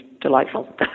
delightful